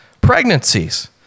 pregnancies